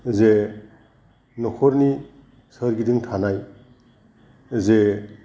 जे न'खरनि सोरगिदिं थानाय जे